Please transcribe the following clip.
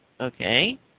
okay